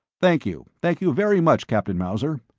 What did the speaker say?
thank you, thank you very much, captain mauser.